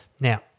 Now